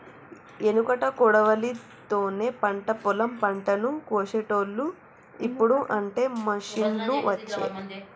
ఎనుకట కొడవలి తోనే పంట పొలం పంటను కోశేటోళ్లు, ఇప్పుడు అంటే మిషిండ్లు వచ్చే